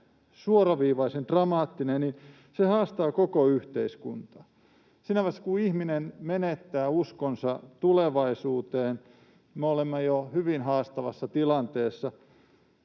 suoraviivaisen dramaattinen — haastavat koko yhteiskuntaa. Siinä vaiheessa, kun ihminen menettää uskonsa tulevaisuuteen, me olemme jo hyvin haastavassa tilanteessa.